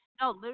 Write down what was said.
no